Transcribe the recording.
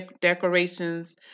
decorations